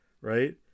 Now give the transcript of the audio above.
right